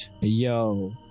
Yo